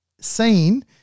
seen